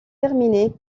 terminées